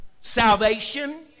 salvation